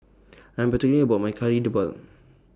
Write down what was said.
I'm particular about My Kari Debal